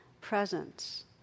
presence